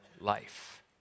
life